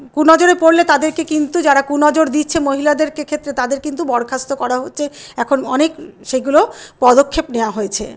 কুনজরে পড়লে তাদেরকে কিন্তু যারা কুনজর দিচ্ছে মহিলাদেরকে ক্ষেত্রে তাদের কিন্তু বরখাস্ত করা হচ্ছে এখন অনেক সেইগুলো পদক্ষেপ নেওয়া হয়েছে